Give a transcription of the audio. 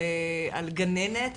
על גננת,